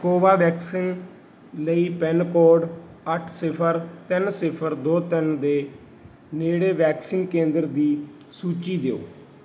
COVA vaccine ਲਈ pin code ਅੱਠ ਸਿਫ਼ਰ ਤਿੰਨ ਸਿਫ਼ਰ ਦੋ ਤਿੰਨ ਦੇ ਨੇੜੇ ਵੈਕਸੀਨ ਕੇਂਦਰ ਦੀ ਸੂਚੀ ਦਿਓ